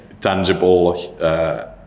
tangible